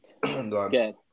Good